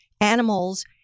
animals